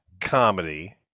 comedy